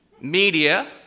media